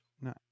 no